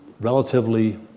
relatively